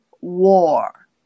war